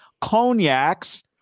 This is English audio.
cognacs